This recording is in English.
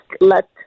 let